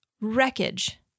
wreckage